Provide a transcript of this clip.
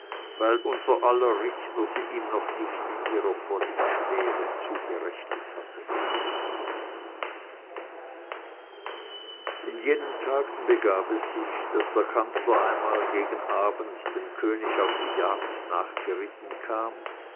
weil unser aller richter sie ihm noch nicht in ihrer vollen schwere zugewogen hatte in jenen tagen begab es sich daß der kanzler einmal gegen abend dem könig auf die jagd nachgeritten kam